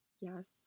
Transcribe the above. yes